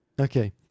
Okay